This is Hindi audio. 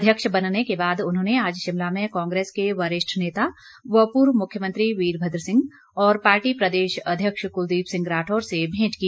अध्यक्ष बनने के बाद उन्होंने आज शिमला में कांग्रेस के वरिष्ठ नेता व पूर्व मुख्यमंत्री वीरभद्र सिंह और पार्टी प्रदेश अध्यक्ष कुलदीप सिंह राठौर से भेंट की